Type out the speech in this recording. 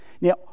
Now